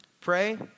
Pray